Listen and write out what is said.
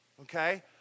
Okay